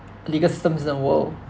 legal systems in the world